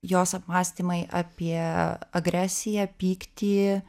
jos apmąstymai apie agresiją pyktį